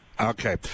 Okay